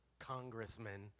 congressman